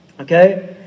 Okay